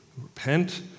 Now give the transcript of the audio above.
repent